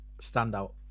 standout